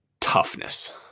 toughness